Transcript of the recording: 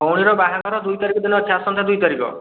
ଭଉଣୀର ବାହାଘର ଦୁଇ ତାରିଖ ଦିନ ଅଛି ଆସନ୍ତା ଦୁଇ ତାରିଖ